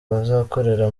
bazakorera